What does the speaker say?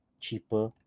cheaper